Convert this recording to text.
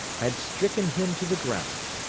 had stricken him to the ground.